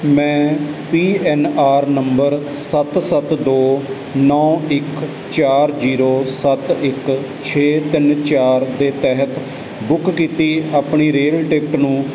ਮੈਂ P N R number ਸੱਤ ਸੱਤ ਦੋ ਨੌਂ ਇੱਕ ਚਾਰ ਜ਼ੀਰੋ ਸੱਤ ਇੱਕ ਛੇ ਤਿੰਨ ਚਾਰ ਦੇ ਤਹਿਤ ਬੁੱਕ ਕੀਤੀ ਆਪਣੀ ਰੇਲ ਟਿਕਟ ਨੂੰ